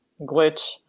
glitch